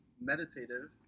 meditative